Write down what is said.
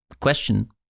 question